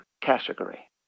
category